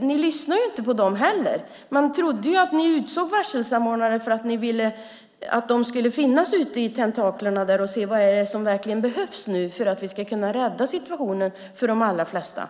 Ni lyssnar inte på dem heller. Man trodde att ni utsåg varselsamordnare därför att ni ville att de skulle ha tentaklerna ute för att känna efter vad som behövs för att rädda situationen för de allra flesta.